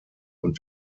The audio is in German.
und